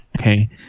Okay